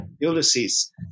Ulysses